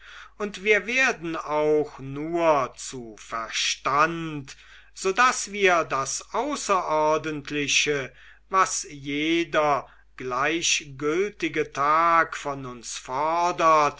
und wir werden auch nur zu verstand so daß wir das außerordentliche was jeder gleichgültige tag von uns fordert